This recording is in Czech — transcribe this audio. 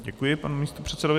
Děkuji panu místopředsedovi.